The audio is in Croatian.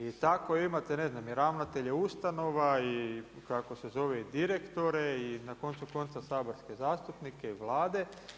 I tako imate ne znam i ravnatelje ustanova i kako se zove i direktore i na koncu konca saborske zastupnike i Vlade.